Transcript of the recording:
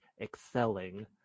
excelling